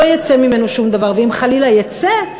לא יצא ממנו שום דבר, ואם, חלילה, יצא,